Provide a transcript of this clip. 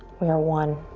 we are one.